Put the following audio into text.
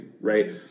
right